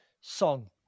song